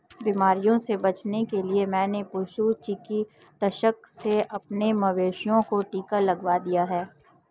बीमारियों से बचने के लिए मैंने पशु चिकित्सक से अपने मवेशियों को टिका लगवा दिया है